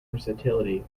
versatility